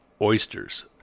oysters